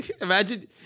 Imagine